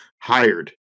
hired